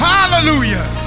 Hallelujah